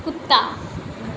कुत्ता